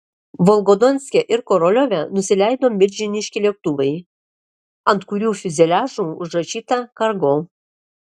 volgodonske ir koroliove nusileido milžiniški lėktuvai ant kurių fiuzeliažų užrašyta kargo